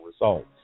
results